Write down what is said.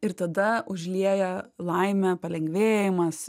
ir tada užlieja laimė palengvėjimas